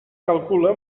calcula